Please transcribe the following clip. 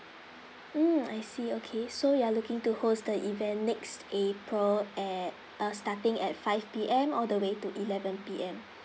mm I see okay so you are looking to host the event next april at uh starting at five P_M all the way to eleven P_M